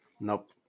nope